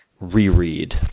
reread